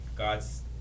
God's